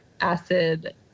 acid